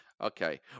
Okay